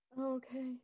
Okay